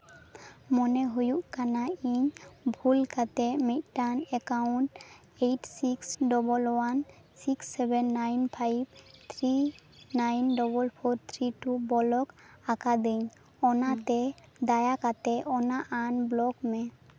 ᱢᱚᱱᱮ ᱦᱩᱭᱩᱜ ᱠᱟᱱᱟ ᱤᱧ ᱵᱷᱩᱞ ᱠᱟᱛᱮᱫ ᱢᱤᱫᱴᱟᱝ account eight six double one six seven nine five three nine double four three two block ᱟᱠᱟᱫᱟᱹᱧ ᱚᱱᱟᱛᱮ ᱫᱟᱭᱟ ᱠᱟᱛᱮᱫ ᱚᱱᱟ ᱟᱱᱵᱞᱚᱠ ᱢᱮ